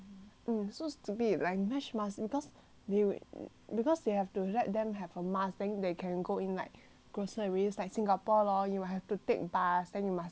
mm so stupid like meshed mask because they because they have to let them have a mask then they can go in like groceries like singapore law you will have to take bus then you must have a meshed mask right